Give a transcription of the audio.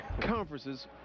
conferences